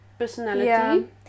personality